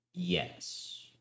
Yes